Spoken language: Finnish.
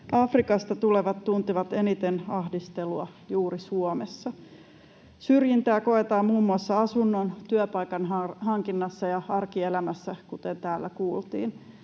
Afrikasta tulevat tuntevat eniten ahdistelua juuri Suomessa. Syrjintää koetaan muun muassa asunnon ja työpaikan hankinnassa ja arkielämässä, kuten täällä kuultiin.